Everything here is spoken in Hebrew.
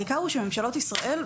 העיקר הוא שממשלות ישראל,